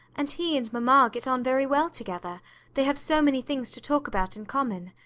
and he and mamma get on very well together they have so many things to talk about in common.